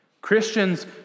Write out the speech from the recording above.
Christians